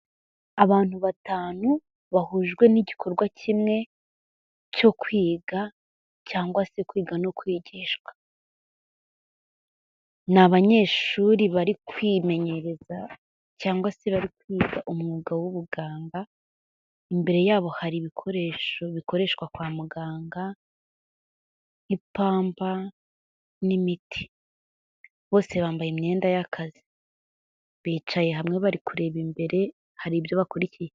Abantu batanu bahujwe n'igikorwa kimwe cyo kwiga cyangwa se kwiga no kwigishwa. Ni abanyeshuri bari kwimenyereza se bari kwiga umwuga w'ubuganga, imbere yabo hari ibikoresho bikoreshwa kwa muganga nk'ipamba n'imiti. Bose bambaye imyenda y'akazi. Bicaye hamwe bari kureba imbere hari ibyo bakurikiye.